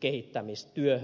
kehittämistyöhön